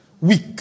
weak